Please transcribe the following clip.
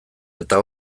eta